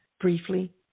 briefly